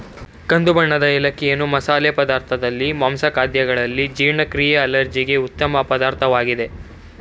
ಕಂದು ಬಣ್ಣದ ಏಲಕ್ಕಿಯನ್ನು ಮಸಾಲೆ ಪದಾರ್ಥದಲ್ಲಿ, ಮಾಂಸ ಖಾದ್ಯಗಳಲ್ಲಿ, ಜೀರ್ಣಕ್ರಿಯೆ ಅಲರ್ಜಿಗೆ ಉತ್ತಮ ಪದಾರ್ಥವಾಗಿದೆ